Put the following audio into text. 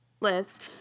list